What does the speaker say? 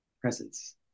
presence